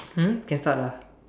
um can start ah